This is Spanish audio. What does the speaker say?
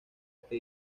este